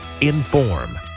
Inform